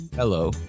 Hello